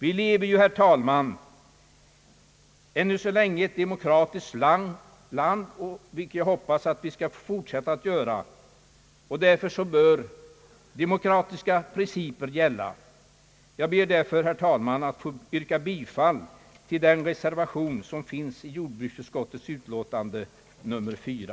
Vi lever, herr talman, ännu så länge i ett demokratiskt land, och det hoppas jag att vi skall få göra även i fortsättningen. Då bör demokratiska principer gälla även på detta område. Jag ber, herr talman, att få yrka bifall till reservationen vid jordbruksutskottets utlåtande nr 4.